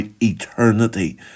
eternity